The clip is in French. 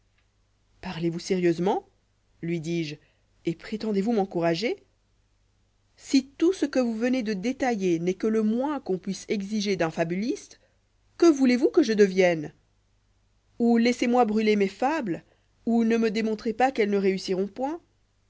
parlez-vous sérieusement luidis je et prétendez-vous m'encourager si tout ce que vous venez de détailler n'est que le moins qu'on puisse exiger d'un fabuliste que voulez-vous que je devienne ou laissez-moi brûler mes fables ou ne me démontrez pas qu'elles ne réussiront point